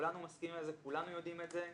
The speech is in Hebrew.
כולנו מסכימים על זה, כולנו יודעים את זה.